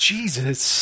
Jesus